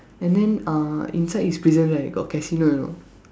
and then uh inside his prison right got casino you know